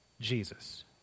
Jesus